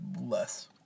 less